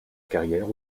carrière